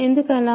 ఎందుకు అలా